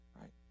right